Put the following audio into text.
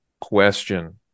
question